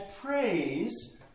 praise